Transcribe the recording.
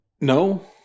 no